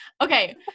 Okay